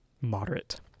moderate